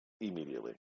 immediately